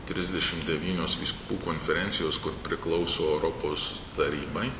trisdešimt devynios vyskupų konferencijos kur priklauso europos tarybai